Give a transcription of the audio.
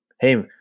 Hey